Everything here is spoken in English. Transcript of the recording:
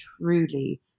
truly